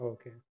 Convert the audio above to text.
Okay